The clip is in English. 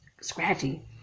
scratchy